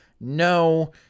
No